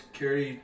carry